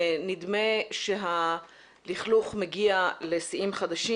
נדמה שהלכלוך מגיע לשיאים חדשים.